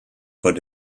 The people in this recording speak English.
put